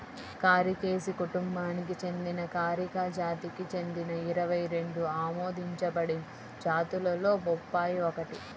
కారికేసి కుటుంబానికి చెందిన కారికా జాతికి చెందిన ఇరవై రెండు ఆమోదించబడిన జాతులలో బొప్పాయి ఒకటి